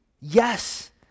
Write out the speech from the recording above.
Yes